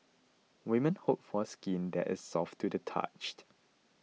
women hope for skin that is soft to the touched